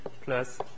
plus